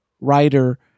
writer